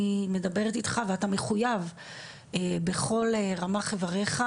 אני מדברת איתך ואתה מחויב בכל רמ"ח איברייך